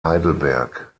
heidelberg